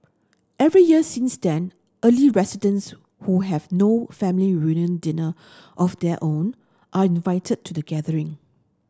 every year since then early residents who have no family reunion dinner of their own are invited to the gathering